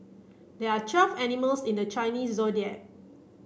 there are twelve animals in the Chinese Zodiac